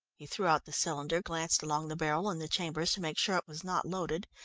he threw out the cylinder, glanced along the barrel and the chambers to make sure it was not loaded,